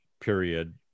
period